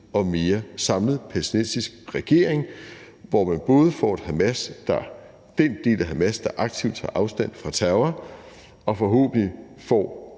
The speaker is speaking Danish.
og mere samlet palæstinensisk regering, hvor man både får den del af Hamas, der aktivt tager afstand fra terror, og forhåbentlig